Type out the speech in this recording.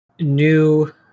new